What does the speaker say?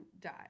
die